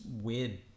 weird